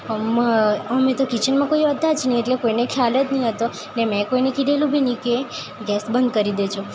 અમ અમે તો કિચનમાં કોઈ હતા જ નહીં એટલે કોઈને ખ્યાલ જ નહીં હતો ને મેં કોઈને કહેલું બી ની કે ગેસ બંધ કરી દેજો